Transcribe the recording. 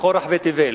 בכל רחבי תבל,